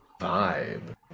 vibe